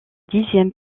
dixième